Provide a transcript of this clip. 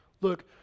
Look